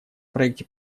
проекте